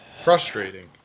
frustrating